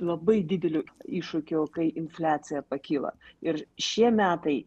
labai dideliu iššūkiu kai infliacija pakyla ir šie metai